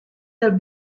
del